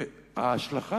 וההשלכה,